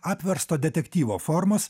apversto detektyvo formos